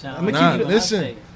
listen